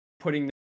putting